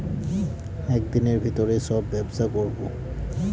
এক দিনের ভিতরে সব ব্যবসা করবো